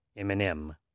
Eminem